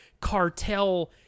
cartel